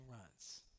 runs